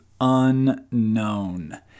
unknown